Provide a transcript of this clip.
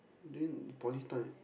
during poly time